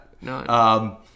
No